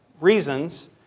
reasons